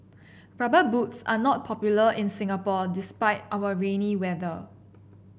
rubber boots are not popular in Singapore despite our rainy weather